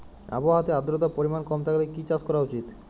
আবহাওয়াতে আদ্রতার পরিমাণ কম থাকলে কি চাষ করা উচিৎ?